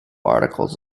articles